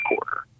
quarter